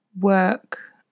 work